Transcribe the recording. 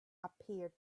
appeared